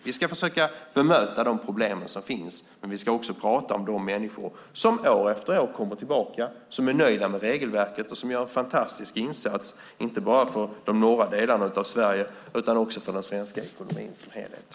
Vi ska försöka bemöta de problem som finns. Men vi ska också prata om de människor som år efter år kommer tillbaka, som är nöjda med regelverket och som gör en fantastisk insats inte bara för de norra delarna av Sverige utan också för den svenska ekonomin i dess helhet.